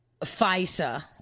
FISA